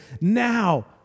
Now